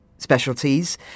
Specialties